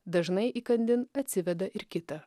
dažnai įkandin atsiveda ir kitą